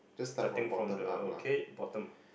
starting from the okay bottom